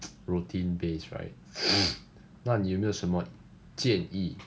routine based right 那你有没有什么建议